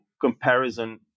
comparison